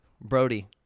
Brody